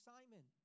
Simon